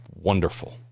wonderful